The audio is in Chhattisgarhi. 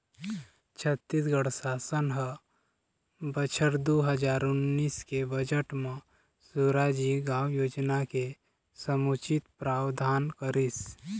छत्तीसगढ़ सासन ह बछर दू हजार उन्नीस के बजट म सुराजी गाँव योजना के समुचित प्रावधान करिस